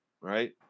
right